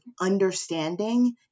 understanding